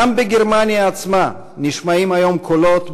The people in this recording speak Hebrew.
גם בגרמניה עצמה נשמעים היום קולות,